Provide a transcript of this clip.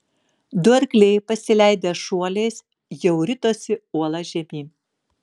du arkliai pasileidę šuoliais jau ritosi uola žemyn